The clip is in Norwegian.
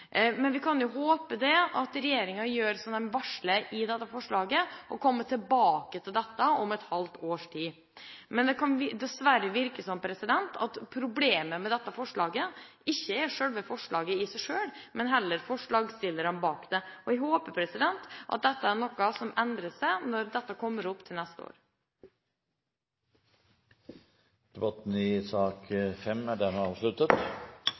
Vi kan jo håpe at regjeringa gjør som den varsler i dette forslaget, og kommer tilbake til dette om et halvt års tid. Men det kan dessverre virke som om problemet med dette forslaget ikke er selve forslaget i seg selv, men heller forslagsstillerne bak det. Jeg håper at dette er noe som endrer seg når dette kommer opp til neste år. Debatten i sak nr. 5 er dermed avsluttet.